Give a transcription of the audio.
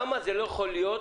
למה זה לא יכול להיות